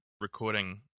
recording